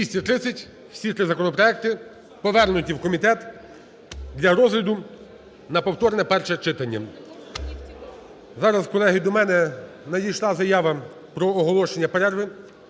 230. Всі три законопроекти повернуті в комітет для розгляду на повторне перше читання. Зараз, колеги, до мене надійшла заява про оголошення перерви